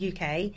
UK